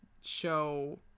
show